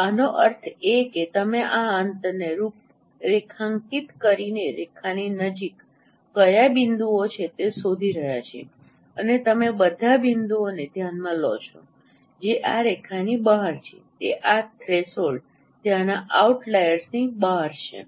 આનો અર્થ એ કે તમે આ અંતરને રૂપરેખાંકિત કરીને રેખાની નજીક કયા બિંદુઓ છે તે શોધી રહ્યા છે અને તમે બધા બિંદુઓને ધ્યાનમાં લો છો જે આ રેખાઓની બહાર છે તે આ થ્રેશોલ્ડ ત્યાંના આઉટલાઈરની બહાર છે